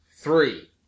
three